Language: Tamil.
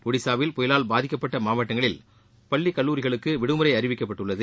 ஒடிசாவில் புயலால் பாதிக்கப்பட்ட மாவட்டங்களில் பள்ளி கல்லூரிகளுக்கு விடுமுறை அறிவிக்கப்பட்டுள்ளது